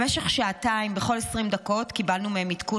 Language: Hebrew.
במשך שעתיים בכל 20 דקות קיבלנו מהם עדכון